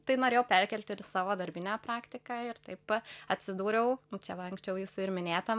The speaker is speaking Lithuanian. tai norėjau perkelti ir į savo darbinę praktiką ir taip atsidūriau čia va anksčiau jūsų ir minėtam